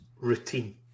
routine